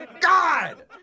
God